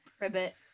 Ribbit